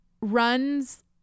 runs